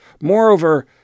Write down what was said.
Moreover